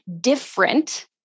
different